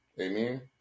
Amen